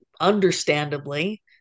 understandably